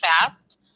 fast